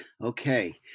Okay